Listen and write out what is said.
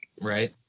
Right